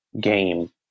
game